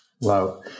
Wow